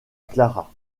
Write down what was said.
clara